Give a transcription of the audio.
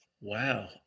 Wow